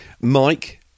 Mike